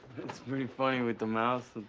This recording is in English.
that's pretty funny with the mouse.